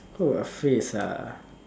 oh a phrase ah